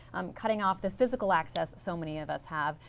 um cutting off the physical access so many of us have.